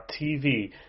TV